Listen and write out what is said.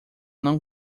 não